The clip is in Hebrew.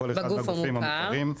בכל אחד מהגופים המוכרים.